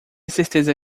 certeza